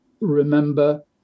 remember